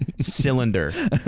cylinder